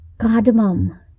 cardamom